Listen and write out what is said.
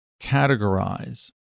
categorize